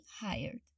hired